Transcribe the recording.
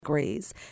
degrees